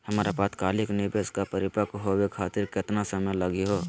हमर अल्पकालिक निवेस क परिपक्व होवे खातिर केतना समय लगही हो?